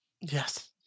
Yes